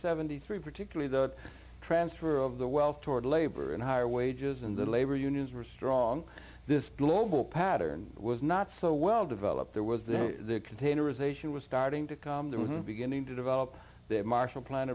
seventy three particularly the transfer of the wealth toward labor and higher wages and the labor unions were strong this global pattern was not so well developed there was the containerization was starting to come to beginning to develop that marshall plan